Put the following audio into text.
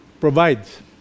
provides